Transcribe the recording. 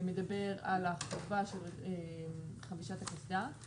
שמדבר על החובה של חבישת הקסדה,